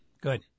Good